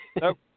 Nope